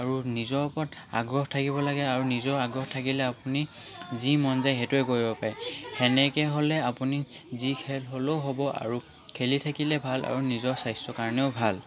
আৰু নিজৰ ওপৰত আগ্ৰহ থাকিব লাগে আৰু নিজৰ আগ্ৰহ থাকিলে আপুনি যি মন যায় সেইটোৱে কৰিব পাৰে সেনেকৈ হ'লে আপুনি যি খেল হ'লেও হ'ব আৰু খেলি থাকিলে ভাল আৰু নিজৰ স্বাস্থ্যৰ কাৰণেও ভাল